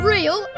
Real